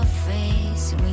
face